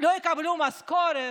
לא יקבלו משכורת?